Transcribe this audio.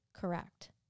Correct